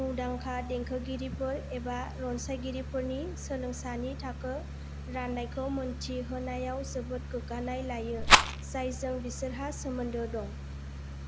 मुंदांखा देंखोगिरिफोर एबा रनसायगिरिफोरनि सोलोंसानि थाखो राननायखौ मोनथि होनायाव जोबोद गोगानाय लायो जायजों बिसोरहा सोमोन्दो दं